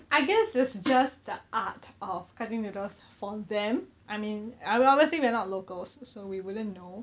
I guess it's just the art of cutting noodles for them I mean ah we're obviously we are not locals so we wouldn't know